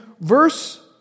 verse